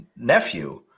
nephew